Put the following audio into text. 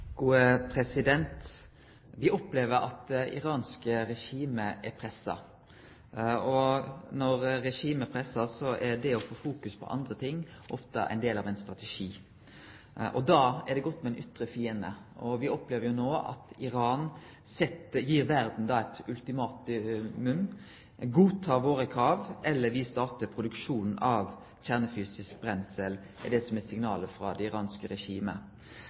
Vi opplever at det iranske regimet er pressa, og når regimet er pressa, så er det å få fokus på andre ting ofte ein del av ein strategi, og da er det godt med ein ytre fiende. Vi opplever jo no at Iran gir verda eit ultimatum. Godta våre krav, eller vi startar produksjon av kjernefysisk brensel, er det som er signalet frå det iranske regimet.